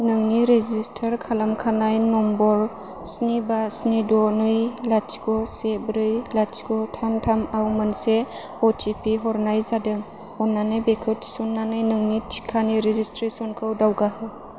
नोंनि रेजिस्टार खालामखानाय नम्बर स्नि बा स्नि द' नै लाथिख' से ब्रै लाथिख' थाम थाम आव मोनसे अटिपि हरनाय जादों अन्नानै बेखौ थिसन्नानै नोंनि टिकानि रेजिसट्रेसनखौ दावगा हो